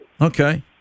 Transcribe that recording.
Okay